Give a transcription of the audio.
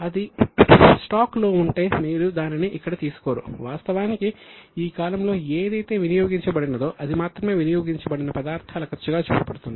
అది స్టాక్ కు ఉదాహరణగా ఉంటుంది